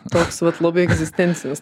toks vat labai egzistencinis